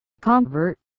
Convert